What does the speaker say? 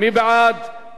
מי נגד, רבותי?